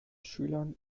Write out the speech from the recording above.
schülern